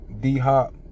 D-Hop